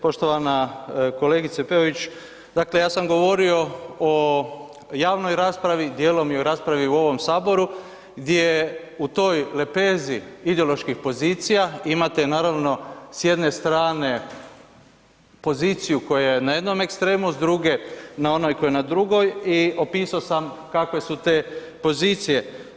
Poštovana kolegice Peović, dakle ja sam govorio o javnoj raspravi, dijelom i o raspravi u ovom saboru gdje u toj lepezi ideoloških pozicija imate naravno s jedne strane poziciju koja je na jednom ekstremu, s druge na onoj koja je na drugoj i opisao sam kakve su te pozicije.